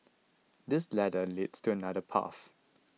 this ladder leads to another path